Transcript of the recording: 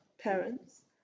parents